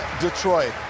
Detroit